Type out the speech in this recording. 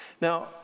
Now